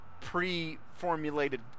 pre-formulated